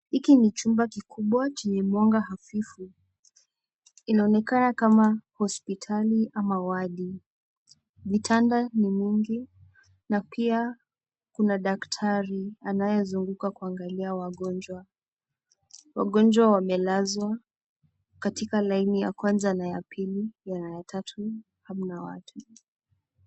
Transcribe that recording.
Hiki ni chumba kikubwa chenye mwanga hafifu. Inaonekana kama hospitali ama wadi. Vitanda ni mingi na pia kuna daktari anayezunguka kuangalia wagonjwa. Wagonjwa wamelazwa katika laini ya kwanza na ya pili na ya tatu hamna watu.